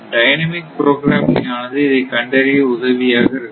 dynamic programming ஆனது இதை கண்டறிய உதவியாக இருக்கும்